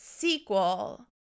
sequel